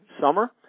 summer